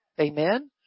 Amen